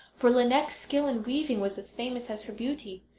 for lineik's skill in weaving was as famous as her beauty.